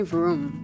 room